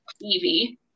Evie